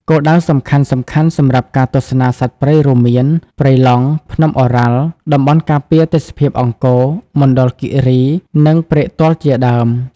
គោលដៅសំខាន់ៗសម្រាប់ការទស្សនាសត្វព្រៃរួមមាន ព្រៃឡង់ ភ្នំឱរ៉ាល់ តំបន់ការពារទេសភាពអង្គរ មណ្ឌលគិរី និងព្រែកទាល់ជាដើម។